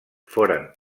foren